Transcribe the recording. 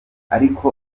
ariko